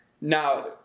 now